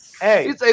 Hey